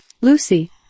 Lucy